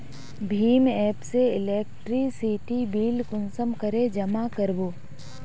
भीम app से electricity bill कुंसम करे जमा कर बो?